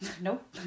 Nope